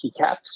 keycaps